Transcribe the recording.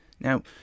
Now